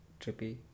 trippy